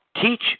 Teach